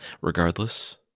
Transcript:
Regardless